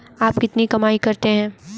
आप कितनी कमाई करते हैं?